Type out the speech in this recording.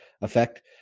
effect